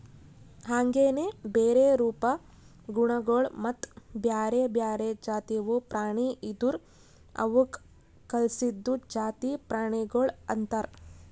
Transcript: ಹಾಂಗೆನೆ ಬೇರೆ ರೂಪ, ಗುಣಗೊಳ್ ಮತ್ತ ಬ್ಯಾರೆ ಬ್ಯಾರೆ ಜಾತಿವು ಪ್ರಾಣಿ ಇದುರ್ ಅವುಕ್ ಕಲ್ಸಿದ್ದು ಜಾತಿ ಪ್ರಾಣಿಗೊಳ್ ಅಂತರ್